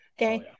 okay